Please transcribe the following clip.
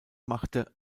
machte